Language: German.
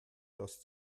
das